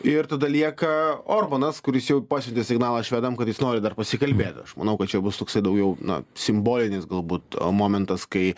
ir tada lieka orbanas kuris jau pasiuntė signalą švedams kad jis nori dar pasikalbėt aš manau kad čia bus toksai daugiau na simbolinis galbūt momentas kai